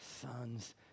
sons